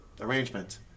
arrangement